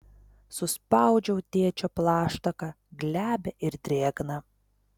suspaudžiau tėčio plaštaką glebią ir drėgną